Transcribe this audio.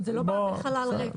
זה לא בא בחלל ריק.